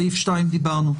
סעיף 2 דיברנו,